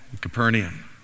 Capernaum